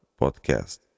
podcast